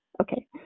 Okay